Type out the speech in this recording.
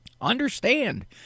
understand